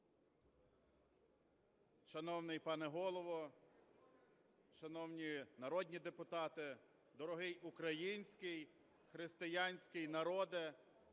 дорогий український християнський народе!